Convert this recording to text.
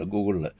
Google